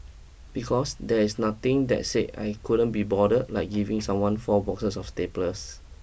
because there is nothing that say I couldn't be bother like giving someone four boxes of staples